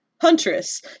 Huntress